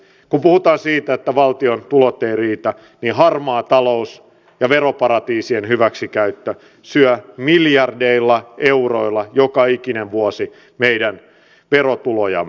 kun puhutaan siitä että valtion tulot eivät riitä niin harmaa talous ja veroparatiisien hyväksikäyttö syö miljardeilla euroilla joka ikinen vuosi meidän verotulojamme